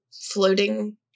floating